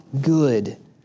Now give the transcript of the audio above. good